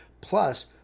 Plus